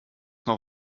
noch